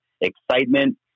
excitement